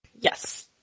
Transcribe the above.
Yes